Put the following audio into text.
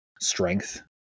strength